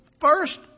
first